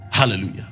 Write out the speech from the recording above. Hallelujah